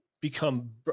become